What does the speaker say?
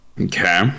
Okay